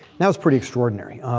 that was pretty extraordinary.